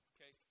Okay